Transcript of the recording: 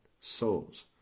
souls